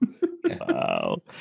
Wow